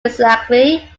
exactly